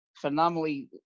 phenomenally